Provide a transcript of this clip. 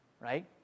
Right